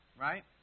right